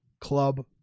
Club